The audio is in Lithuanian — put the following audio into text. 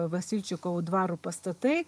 vasilčikovo dvaro pastatai